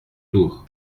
tours